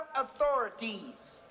authorities